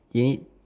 you need